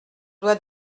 doit